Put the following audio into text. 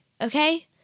okay